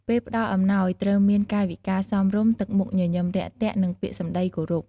ពេលផ្តល់អំណោយ ត្រូវមាន កាយវិការសមរម្យ ទឹកមុខញញឹមរាក់ទាក់ និងពាក្យសម្តីគោរព។